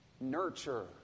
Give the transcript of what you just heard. Nurture